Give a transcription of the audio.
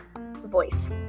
voice